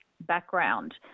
background